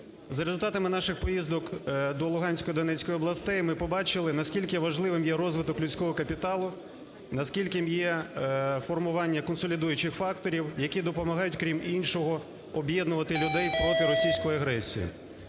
За результатами наших поїздок до Луганської, Донецької областей ми побачили, наскільки важливим є розвиток людського капіталу, наскільки є формування консолідуючих факторів, які допомагають, крім іншого, об'єднувати людей проти російської агресії.